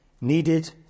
needed